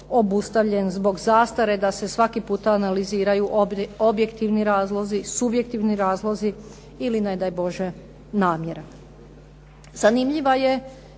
obustavljen zbog zastare da se svaki puta analiziraju objektivni razlozi, subjektivni razlozi ili ne daj Bože namjera.